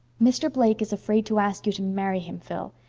mr. blake is afraid to ask you to marry him, phil.